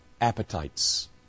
appetites